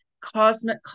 cosmic